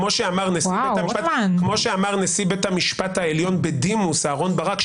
כמו שאמר נשיא בית המשפט העליון בדימוס אהרון ברק,